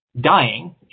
dying